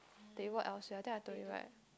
they work elsewhere I think I told you right